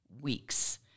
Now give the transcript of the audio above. weeks